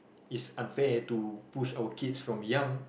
it's unfair to push our kids from young